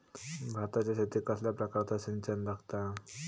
भाताच्या शेतीक कसल्या प्रकारचा सिंचन लागता?